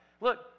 Look